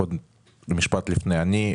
עוד משפט לפני כן.